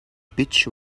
pitch